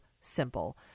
simple